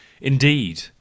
Indeed